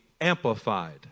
amplified